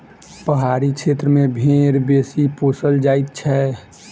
पहाड़ी क्षेत्र मे भेंड़ बेसी पोसल जाइत छै